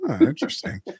Interesting